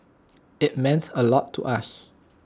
IT meant A lot to us